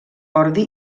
ordi